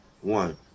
one